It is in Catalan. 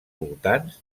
voltants